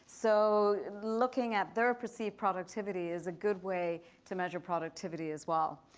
so looking at their perceived productivity is a good way to measure productivity as well.